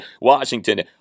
Washington